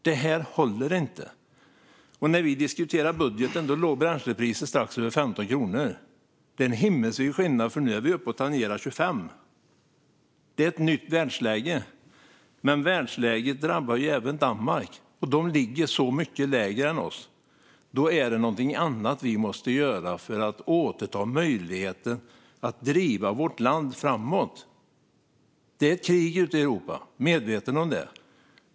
Det här håller inte! När vi diskuterade budgeten låg bränslepriset strax över 15 kronor. Det är en himmelsvid skillnad, för nu är vi uppe och tangerar 25 kronor. Det är ett nytt världsläge. Men världsläget drabbar ju även Danmark, och de ligger mycket lägre än vi. Då är det någonting annat vi måste göra för att återta möjligheten att driva vårt land framåt. Det är krig ute i Europa. Jag är medveten om det.